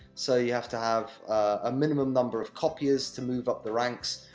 so, you have to have a minimum number of copiers, to move up the ranks,